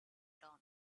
dawn